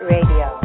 Radio